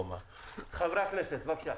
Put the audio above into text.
חברי הכנסת, בבקשה.